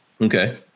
Okay